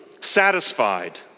satisfied